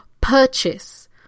purchase